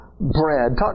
Bread